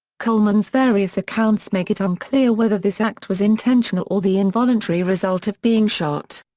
colman's various accounts make it unclear whether this act was intentional or the involuntary result of being shot.